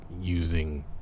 using